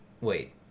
wait